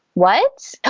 what?